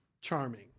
charming